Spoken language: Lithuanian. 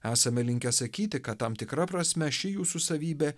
esame linkę sakyti kad tam tikra prasme ši jūsų savybė